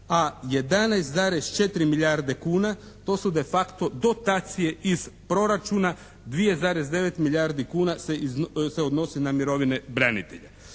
a 11,4 milijarde kuna to su de facto dotacije iz proračuna 2,9 milijardi kuna se odnosi na mirovine branitelja.